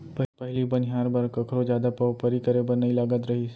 पहिली बनिहार बर कखरो जादा पवपरी करे बर नइ लागत रहिस